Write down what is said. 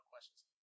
questions